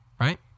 right